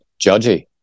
judgy